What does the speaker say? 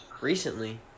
Recently